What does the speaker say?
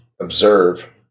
observe